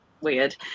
weird